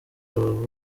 rubavu